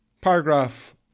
Paragraph